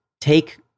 take